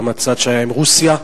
גם הצעד שהיה עם רוסיה,